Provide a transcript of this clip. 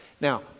Now